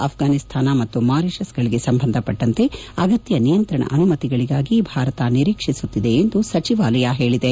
ಆಫ್ವಾನಿಸ್ತಾನ ಮತ್ತು ಮಾರಿಷಸ್ಗೆ ಸಂಬಂಧಪಟ್ಟಂತೆ ಅಗತ್ಯ ನಿಯಂತ್ರಣ ಅನುಮತಿಗಳಿಗಾಗಿ ಭಾರತ ನಿರೀಕ್ಷಿಸುತ್ತಿದೆ ಎಂದು ಸಚಿವಾಲಯ ಹೇಳಿದೆ